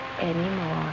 anymore